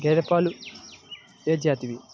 మంచి గేదెలు ఏ జాతివి?